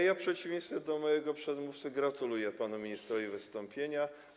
Ja w przeciwieństwie do mojego przedmówcy gratuluję panu ministrowi wystąpienia.